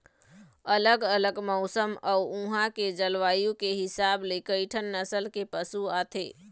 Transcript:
अलग अलग मउसन अउ उहां के जलवायु के हिसाब ले कइठन नसल के पशु आथे